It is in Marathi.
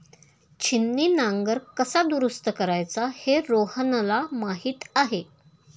छिन्नी नांगर कसा दुरुस्त करायचा हे रोहनला माहीत आहे